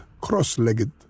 cross-legged